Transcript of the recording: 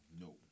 No